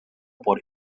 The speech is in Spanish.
por